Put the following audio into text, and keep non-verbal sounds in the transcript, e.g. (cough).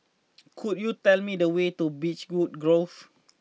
(noise) could you tell me the way to Beechwood Grove